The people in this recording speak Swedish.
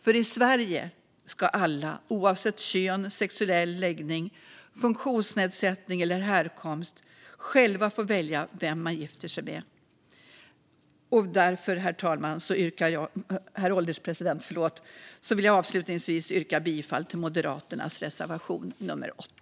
För i Sverige ska alla, oavsett kön, sexuell läggning, funktionsnedsättning eller härkomst, själva få välja vem man gifter sig med. Därför, herr ålderspresident, vill jag avslutningsvis yrka bifall till Moderaternas reservation nummer 8.